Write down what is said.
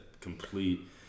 complete